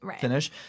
finish